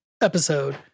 episode